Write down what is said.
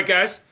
guys.